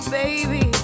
baby